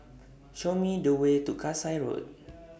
Show Me The Way to Kasai Road